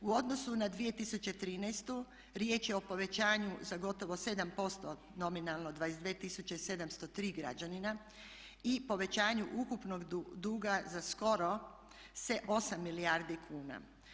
U odnosu na 2013.riječ je o povećanju za gotovo 7% nominalno 22 703 građanina i povećanju ukupnog duga za skoro 8 milijardi kuna.